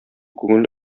күңел